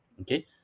Okay